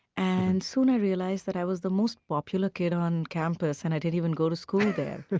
and soon i realized that i was the most popular kid on campus, and i didn't even go to school there.